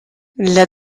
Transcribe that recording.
для